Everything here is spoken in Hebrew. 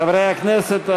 חברי הכנסת,